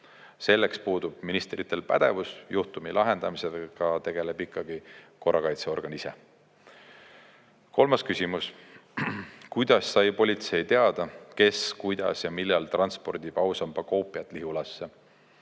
Selleks puudub ministritel pädevus. Juhtumi lahendamisega tegeleb ikkagi korrakaitseorgan ise. Kolmas küsimus: "Kuidas sai politsei teada, kes, kuidas ja millal transpordib ausamba koopiat Lihulasse?